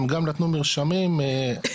הם גם נתנו מרשמים לאנשים,